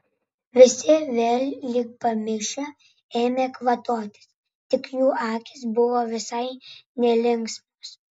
visi vėl lyg pamišę ėmė kvatotis tik jų akys buvo visai nelinksmos